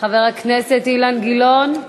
חבר הכנסת אילן גילאון,